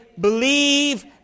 believe